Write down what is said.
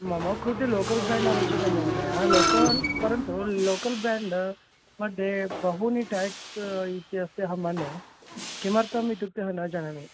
मम कृते local brand आवश्यकं महोदय लोकल् परन्तु लोकल् बेण्ड् मध्ये बहूनि टेक्स् इति अस्ति अहं मन्ये किमर्थम् इत्युक्ते न जानामि